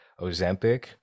Ozempic